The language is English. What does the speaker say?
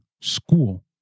school